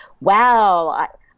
wow